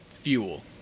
fuel